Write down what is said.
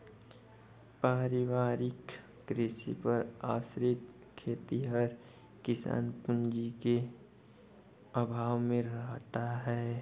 पारिवारिक कृषि पर आश्रित खेतिहर किसान पूँजी के अभाव में रहता है